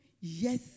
Yes